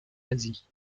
asie